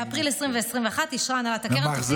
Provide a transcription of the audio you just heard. באפריל 2020 ו-2021 אישרה הנהלת הקרן תוכנית